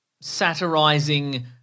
satirizing